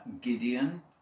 Gideon